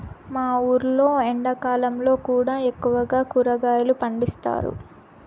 మా ఊర్లో ఎండాకాలంలో కూడా ఎక్కువగా కూరగాయలు పండిస్తారు